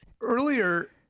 earlier